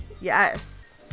Yes